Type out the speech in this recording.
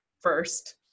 first